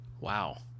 wow